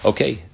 Okay